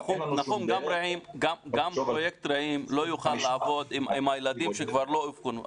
גם פרויקט רעים לא יוכל לעבוד עם הילדים שלא הובחנו.